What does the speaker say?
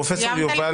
פרופ' יובל